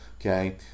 okay